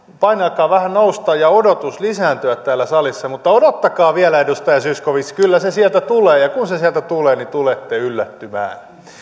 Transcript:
paine alkaa vähän nousta ja odotus lisääntyä täällä salissa mutta odottakaa vielä edustaja zyskowicz kyllä se sieltä tulee ja kun se sieltä tulee niin tulette yllättymään